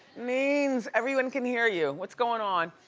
neens, everyone can hear you, what's goin' on?